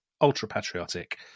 ultra-patriotic